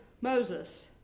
Moses